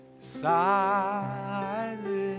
Silent